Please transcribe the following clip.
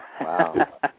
Wow